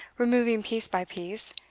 removing piece by piece,